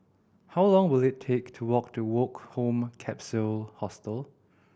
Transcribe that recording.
how long will it take to walk to Woke Home Capsule Hostel